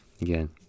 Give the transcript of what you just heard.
again